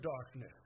darkness